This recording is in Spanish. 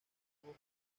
lagos